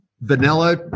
vanilla